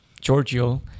Giorgio